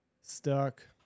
Stuck